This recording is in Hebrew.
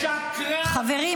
שקרן,